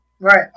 Right